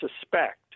suspect